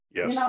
Yes